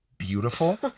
Beautiful